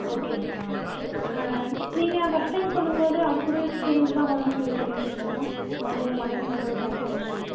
okay okay ma'am நீங்கள் first time சொல்லும்போது அதுக்கூடயே சேர்ந்துதான் வரும்னு சொல்லி சொல்லியிருந்தீங்கள்ல மேம் இப்போ வந்து மட்டனுக்கு மட்டும் ஜாஸ்தியாக வரும்